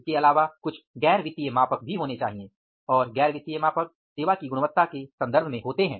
इसके अलावा कुछ गैर वित्तीय मापक भी होने चाहिए और गैर वित्तीय मापक सेवा की गुणवत्ता के संदर्भ में होते हैं